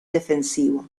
defensivo